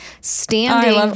standing